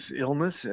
illness